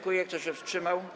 Kto się wstrzymał?